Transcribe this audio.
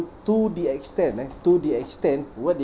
to the extent ah next to the extent what did